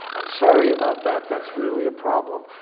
i'm sorry about that, that's really a problem.